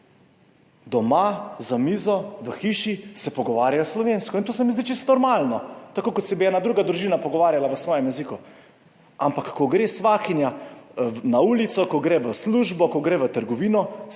Doma za mizo, v hiši se pogovarjajo slovensko, in to se mi zdi čisto normalno, tako kot se bi ena druga družina pogovarjala v svojem jeziku, ampak ko gre svakinja na ulico, ko gre v službo, ko gre v trgovino,